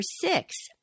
six